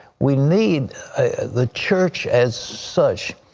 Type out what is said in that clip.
we need the church, as such.